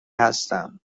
هستم